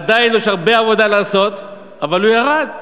עדיין יש הרבה עבודה לעשות, אבל הוא ירד,